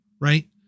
right